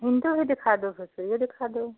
भी दिखा दो वैसे यह दिखा दो